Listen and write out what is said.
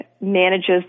manages